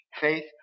faith